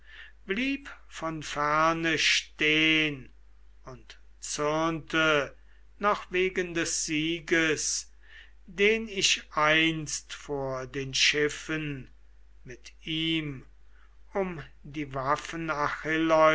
blieb von ferne stehn und zürnte noch wegen des sieges den ich einst vor den schiffen mit ihm um die